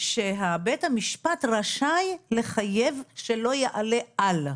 שבית המשפט רשאי לחייב שלא יעלה על.